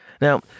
Now